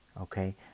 okay